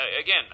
again